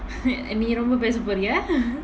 நீ ரொம்ப பேச போறியா:nee romba pesa poriya